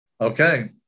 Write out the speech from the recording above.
Okay